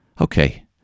Okay